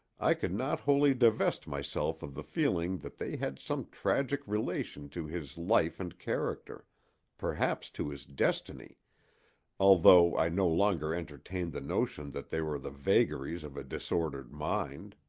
i could not wholly divest myself of the feeling that they had some tragic relation to his life and character perhaps to his destiny although i no longer entertained the notion that they were the vagaries of a disordered mind.